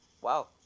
Wow